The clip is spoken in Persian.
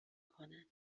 کنن